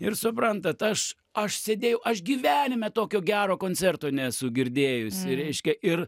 ir suprantat aš aš sėdėjau aš gyvenime tokio gero koncerto nesu girdėjusi reiškia ir